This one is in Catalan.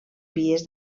pies